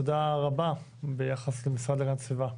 יש לכם עבודה רבה ביחס למשרד להגנת הסביבה.